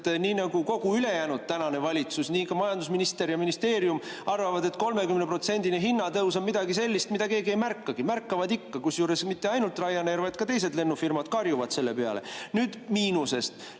et nii nagu kogu ülejäänud tänane valitsus, nii ka majandusminister ja -ministeerium arvavad, et 30%-line hinnatõus on midagi sellist, mida keegi ei märkagi. Märkavad ikka. Kusjuures mitte ainult Ryanair, vaid ka teised lennufirmad karjuvad selle peale. Nüüd miinusest.